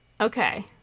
Okay